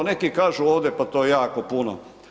Neki kažu ovde pa to je jako puno.